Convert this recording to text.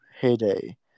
heyday